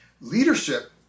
Leadership